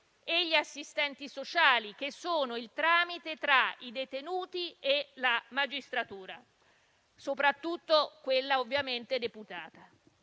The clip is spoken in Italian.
e gli assistenti sociali, che sono il tramite tra i detenuti e la magistratura, soprattutto quella deputata.